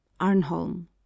Arnholm